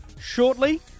shortly